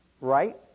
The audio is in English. Right